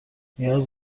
نیاز